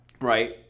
right